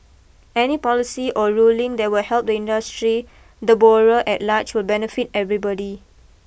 any policy or ruling that will help the industry the borrower at large will benefit everybody